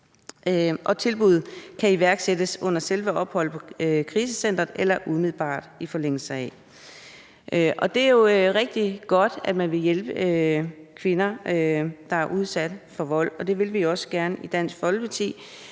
og tilbuddet kan iværksættes under selve opholdet på krisecenteret eller umiddelbart i forlængelse heraf. Det er jo rigtig godt, at man vil hjælpe kvinder, der er udsat for vold, og det vil vi også gerne i Dansk Folkeparti.